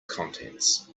contents